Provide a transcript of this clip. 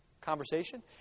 Conversation